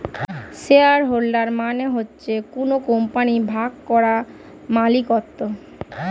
share holder মানে হচ্ছে কোন কোম্পানির ভাগ করা মালিকত্ব